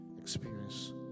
experience